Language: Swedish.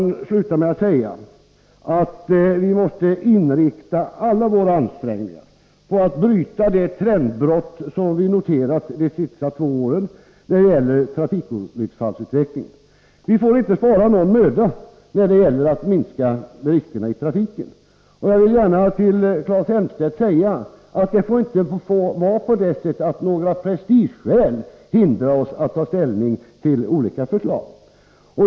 Låt mig sluta med att säga att vi måste inrikta alla våra ansträngningar på att bryta den trend som vi noterat de senaste två åren när det gäller trafikolycksfallsutvecklingen. Ingen möda får sparas när det gäller att minska riskerna i trafiken. Till Claes Elmstedt vill jag gärna säga att det inte får vara på det sättet att några prestigeskäl hindrar oss att ta ställning till olika förslag.